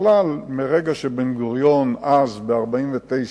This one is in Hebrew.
שבכלל מרגע שבן-גוריון, אז ב-1949,